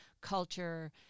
culture